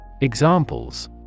Examples